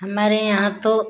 हमारे यहाँ तो